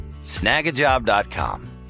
Snagajob.com